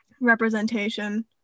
representation